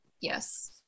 Yes